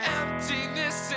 emptiness